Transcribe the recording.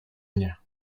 mnie